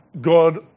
God